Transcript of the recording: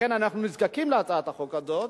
לכן אנחנו נזקקים להצעת החוק הזאת,